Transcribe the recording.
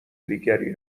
دیگری